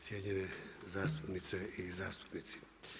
Cijenjene zastupnice i zastupnici.